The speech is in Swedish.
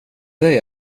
dig